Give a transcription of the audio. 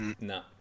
No